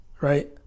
right